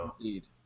Indeed